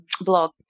blog